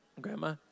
Grandma